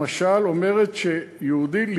למשל אומרת שיהודי,